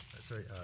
sorry